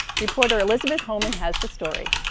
reporter elizabeth homan has the story.